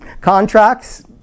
contracts